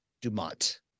Dumont